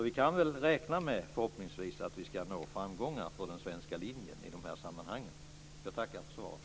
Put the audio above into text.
Vi kan förhoppningsvis räkna med att vi ska nå framgångar för den svenska linjen i dessa sammanhang. Jag tackar för svaret.